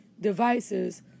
devices